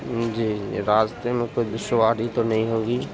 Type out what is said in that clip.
جی جی راستے میں کوئی دشواری تو نہیں ہوگی